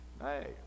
hey